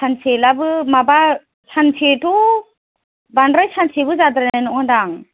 सानसेलाबो माबा सानसेथ' बांद्राय सानसेबो जाद्रायनाय नङा दां